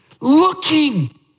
looking